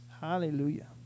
Hallelujah